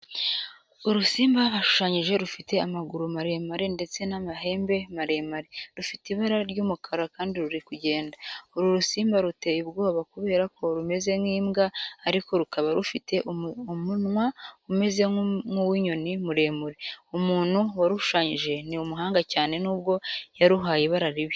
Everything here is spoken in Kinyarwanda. Urusimba bashushanyije rufite amaguru maremare ndetse n'amahembe maremare, rufite ibara ry'umukara kandi ruri kugenda. Uru rusimba ruteye ubwoba kubera ko rumeze nk'imbwa ariko rukaba rufite umunwa umeze nk'uwinyoni muremure. Umuntu warushushanyije ni umuhanga cyane nubwo yaruhaye ibara ribi.